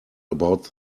about